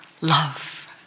love